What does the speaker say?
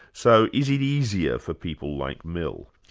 so is it easier for people like mill?